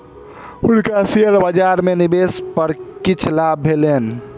हुनका शेयर बजार में निवेश पर किछ लाभ भेलैन